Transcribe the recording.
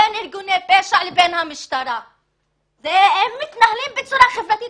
בין ארגוני פשע לבין המשטרה והם מתנהלים בצורה חברתית.